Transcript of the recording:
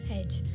edge